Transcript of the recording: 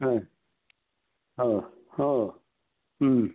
ஆ ஓ ஓ ம்